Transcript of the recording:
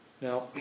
Now